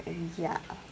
and yeah